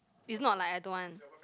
is not like I don't want